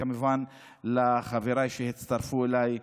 וכמובן לחבריי שהצטרפו אליי,